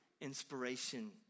inspiration